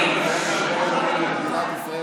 אני מתן כהנא, בן אליה ואורה,